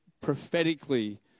prophetically